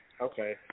okay